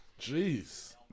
Jeez